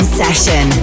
session